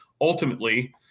ultimately